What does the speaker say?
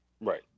Right